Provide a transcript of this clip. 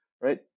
right